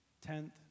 Tenth